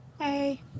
Hey